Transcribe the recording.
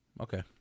Okay